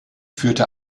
führte